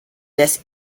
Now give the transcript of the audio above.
this